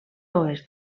oest